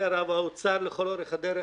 האוצר לכל אורך הדרך